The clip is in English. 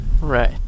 Right